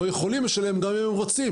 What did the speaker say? לא יכולים לשלם גם אם הם רוצים.